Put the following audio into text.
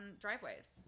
driveways